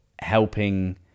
helping